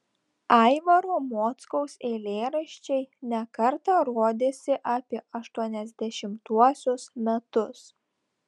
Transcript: aivaro mockaus eilėraščiai ne kartą rodėsi apie aštuoniasdešimtuosius metus